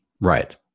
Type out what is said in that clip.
Right